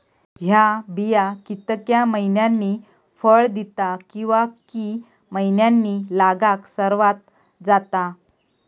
हया बिया कितक्या मैन्यानी फळ दिता कीवा की मैन्यानी लागाक सर्वात जाता?